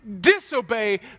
disobey